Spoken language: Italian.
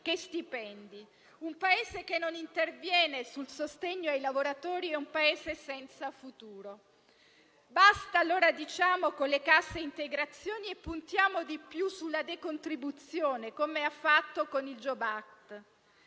che stipendi. Un Paese che non interviene sul sostegno ai lavoratori è un Paese senza futuro. Basta, allora, con le casse integrazioni e puntiamo di più sulla decontribuzione, come ha fatto il *jobs act*.